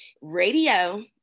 Radio